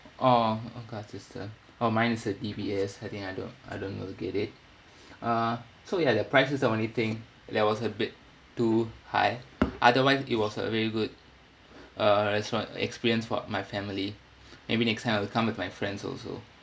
oh oh card system oh mine is a D_B_S I think I don't I don't know to get it uh so ya the price is the only thing that was a bit too high otherwise it was a very good uh restaurant experience for my family maybe next time I'll come with my friends also